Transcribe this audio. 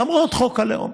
למרות חוק הלאום.